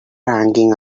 hanging